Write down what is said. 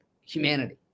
humanity